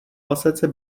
pasece